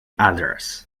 others